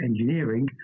engineering